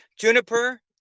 Juniper